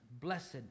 Blessed